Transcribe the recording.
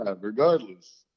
regardless